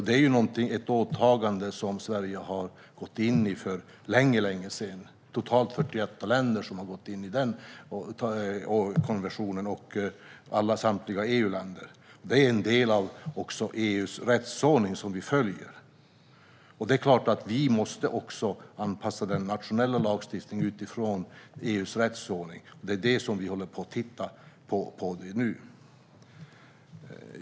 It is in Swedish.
Detta är ett åtagande som Sverige har gjort för länge sedan. Totalt har 48 länder undertecknat konventionen, däribland samtliga EU-länder. Vi följer här en del av EU:s rättsordning, och också vi måste såklart anpassa den nationella lagstiftningen utifrån denna. Det är detta vi just nu tittar på.